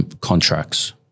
contracts